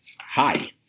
Hi